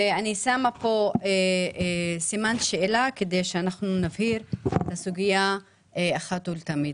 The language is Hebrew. ואני שמה פה סימן שאלה כדי שאנחנו נבהיר את הסוגיה אחת ולתמיד.